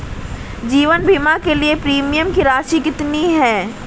जीवन बीमा के लिए प्रीमियम की राशि कितनी है?